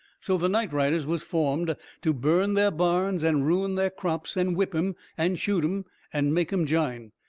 so the night-riders was formed to burn their barns and ruin their crops and whip em and shoot em and make em jine.